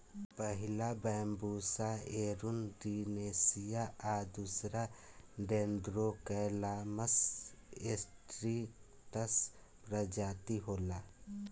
पहिला Bambusa arundinacea आ दूसरका डेन्ड्रोकैलामस स्ट्रीक्ट्स प्रजाति होला